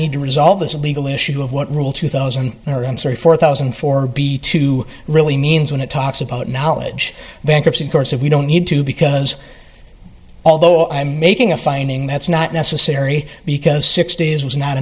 need to resolve its legal issue of what rule two thousand and three four thousand and four b two really means when it talks about knowledge bankruptcy courts and we don't need to because although i'm making a finding that's not necessary because six days was not